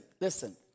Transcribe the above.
listen